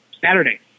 Saturday